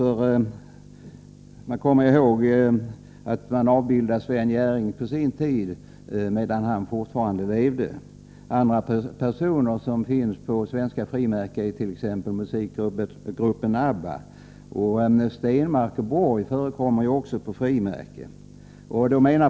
Vi kommer ihåg att man på sin tid avbildade Sven Jerring medan han fortfarande levde. Andra levande personer som finns på svenska frimärken är t.ex. musikgruppen ABBA. Stenmark och Borg förekommer också på frimärken.